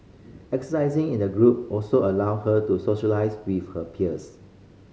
exercising in a group also allow her to socialise with her peers